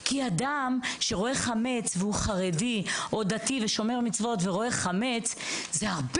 כי אדם שרואה חמץ והוא חרדי או דתי ושומר מצוות ורואה חמץ זה הרבה